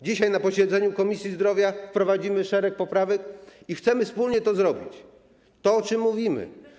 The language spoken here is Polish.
Dzisiaj na posiedzeniu Komisji Zdrowia wprowadzimy szereg poprawek i chcemy wspólnie zrobić to, o czym mówimy.